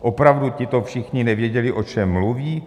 Opravdu tito všichni nevěděli, o čem mluví?